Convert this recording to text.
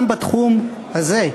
גם בתחום הזה,